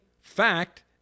fact